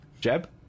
Jeb